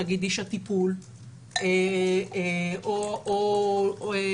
נגיד איש הטיפול או הנפגע,